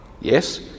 Yes